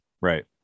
Right